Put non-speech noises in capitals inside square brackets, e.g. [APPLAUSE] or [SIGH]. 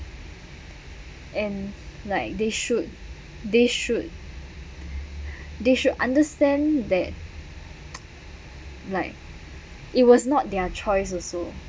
and like they should they should they should understand that [NOISE] like it was not their choice also